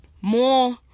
more